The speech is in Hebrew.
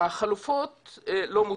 החלופות לא מוצגות.